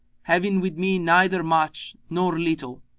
having with me neither much nor little,